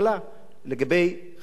לגבי חמישה מבנים,